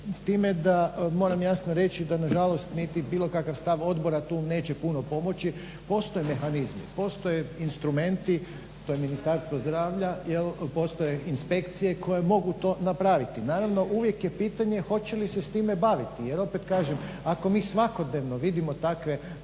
s time da moram jasno reći da na žalost niti bilo kakav stav odbora tu neće puno pomoći. Postoje mehanizmi, postoje instrumenti to je Ministarstvo zdravlja jer postoje inspekcije koje mogu to napraviti. Naravno, uvijek je pitanje hoće li se s time baviti. Jer opet kažem, ako mi svakodnevno vidimo takve